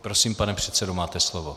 Prosím, pane předsedo, máte slovo.